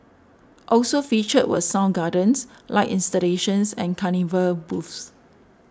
also featured were sound gardens light installations and carnival booths